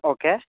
okay